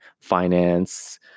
finance